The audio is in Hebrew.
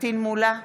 פטין מולא,